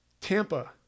Tampa